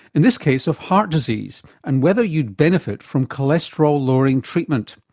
in this case of heart disease and whether you'd benefit from cholesterol lowering treatment.